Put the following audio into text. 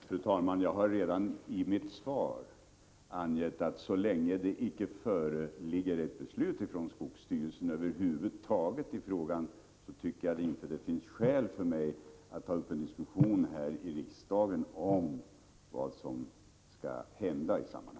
Fru talman! Jag har redan i mitt svar angett att så länge det över huvud taget inte föreligger något beslut från skogsstyrelsen i frågan finns det inte något skäl för mig att ta upp en diskussion här i riksdagen om vad som skall hända.